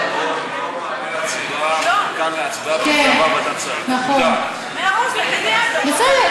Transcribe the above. כאן להצבעה, וזה עבר ועדת שרים, כן, נכון.